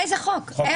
איזה חוק?